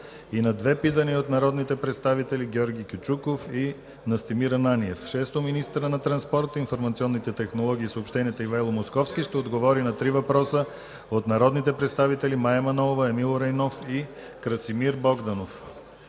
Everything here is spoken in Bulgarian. и на две питания от народните представители Георги Кючуков и Настимир Ананиев. 6. Министърът на транспорта, информационните технологии и съобщенията Ивайло Московски ще отговори на три въпроса от народните представители Мая Манолова, Емил Райнов, и Красимир Богданов.